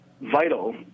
vital